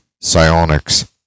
Psionics